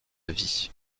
vie